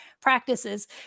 practices